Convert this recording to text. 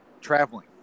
traveling